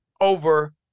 over